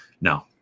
No